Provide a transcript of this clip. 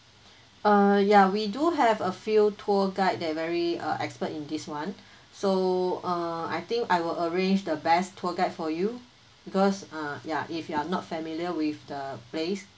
uh yeah we do have a few tour guide that very uh expert in this one so uh I think I will arrange the best tour guide for you because uh ya if you are not familiar with the place